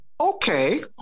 Okay